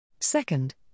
Second